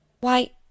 Why